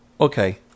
Okay